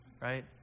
right